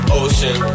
ocean